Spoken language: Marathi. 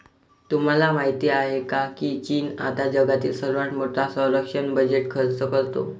तुम्हाला माहिती आहे का की चीन आता जगातील सर्वात मोठा संरक्षण बजेट खर्च करतो?